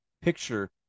picture